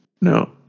No